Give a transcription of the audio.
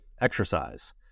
exercise